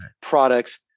products